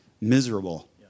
miserable